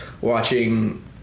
watching